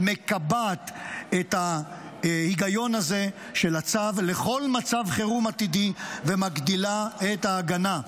מקבעת את ההיגיון הזה של הצו לכל מצב חירום עתידי ומגדילה את ההגנה.